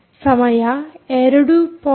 ಸಮಯ ನೋಡಿ 214